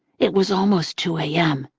it was almost two a m.